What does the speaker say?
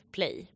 Play